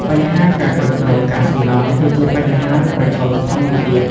បញ្ហាការគ្រប់គ្រងកាកសំណល់ គឺជាបញ្ហាប្រឈមធំមួយទៀត។